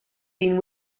been